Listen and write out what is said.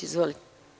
Izvolite.